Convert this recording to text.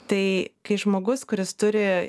tai kai žmogus kuris turi